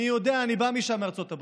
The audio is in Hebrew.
אני יודע, אני בא מארצות הברית.